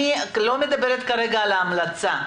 אני לא מדברת על ההמלצה.